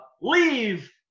leave